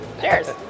Cheers